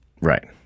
Right